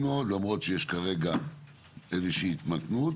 מאוד למרות שיש כרגע איזו שהיא התמתנות,